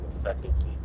effectively